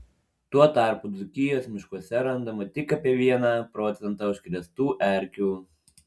tuo tarpu dzūkijos miškuose randama tik apie vieną procentą užkrėstų erkių